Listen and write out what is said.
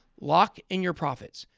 lock in your profits.